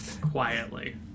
Quietly